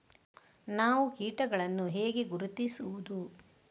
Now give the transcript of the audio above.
ನಾವು ಕೀಟಗಳನ್ನು ಹೇಗೆ ಗುರುತಿಸುವುದು?